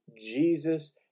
Jesus